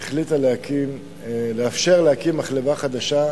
החליטה לאפשר להקים מחלבה חדשה,